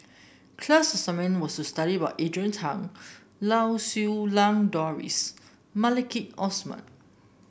class assignment was to study about Adrian Tan Lau Siew Lang Doris Maliki Osman